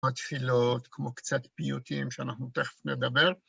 התפילות, כמו קצת פיוטים שאנחנו תכף נדבר.